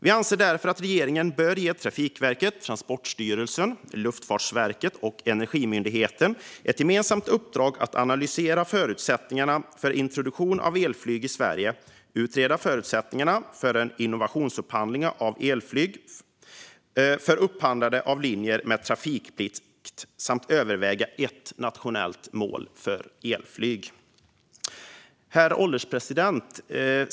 Vi anser därför att regeringen bör ge Trafikverket, Transportstyrelsen, Luftfartsverket och Energimyndigheten ett gemensamt uppdrag att analysera förutsättningarna för introduktion av elflyg i Sverige, utreda förutsättningarna för en innovationsupphandling av elflyg för upphandling av linjer med trafikplikt samt överväga ett nationellt mål för elflyg. Herr ålderspresident!